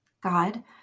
God